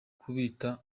kubita